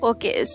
Okay